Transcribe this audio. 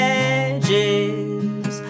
edges